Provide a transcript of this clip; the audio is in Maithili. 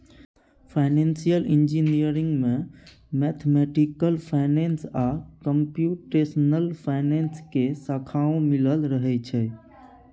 फाइनेंसियल इंजीनियरिंग में मैथमेटिकल फाइनेंस आ कंप्यूटेशनल फाइनेंस के शाखाओं मिलल रहइ छइ